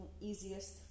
easiest